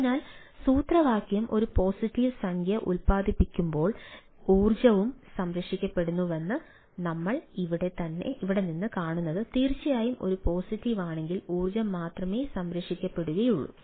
അതിനാൽ സൂത്രവാക്യം ഒരു പോസിറ്റീവ് സംഖ്യ ഉൽപാദിപ്പിക്കുമ്പോൾ ഊർജ്ജം സംരക്ഷിക്കപ്പെടുന്നുവെന്ന് നമ്മൾ ഇവിടെ നിന്ന് കാണുന്നത് തീർച്ചയായും ഒരു പോസിറ്റീവ് ആണെങ്കിൽ ഊർജ്ജം മാത്രമേ സംരക്ഷിക്കപ്പെടുകയുള്ളൂ